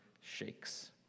shakes